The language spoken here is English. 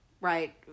Right